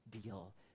deal